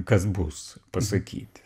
kas bus pasakyti